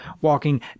Walking